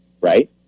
right